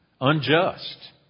unjust